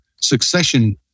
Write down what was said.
succession